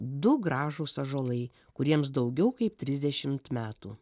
du gražūs ąžuolai kuriems daugiau kaip trisdešimt metų